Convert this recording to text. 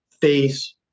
Face